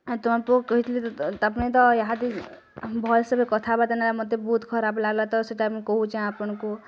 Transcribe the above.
ତମ ପୁଅକୁ କହିଥିଲି ତ ତପନି ତ ୟାହାଦି ଭଏସ୍ରେ ବି କଥା ହବା ଦିନେ ମୋତେ ବହୁତ୍ ଖରାପ୍ ଲାଗଲା ତ ସେଇଟା ମୁଁ କାହୁଁଛେ ଆପଣଙ୍କୁ